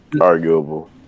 Arguable